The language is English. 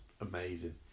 amazing